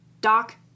Doc